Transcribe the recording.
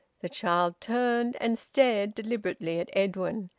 the child turned and stared deliberately at edwin,